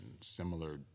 similar